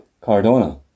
Cardona